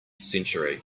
century